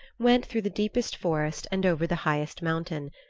went through the deepest forest and over the highest mountain.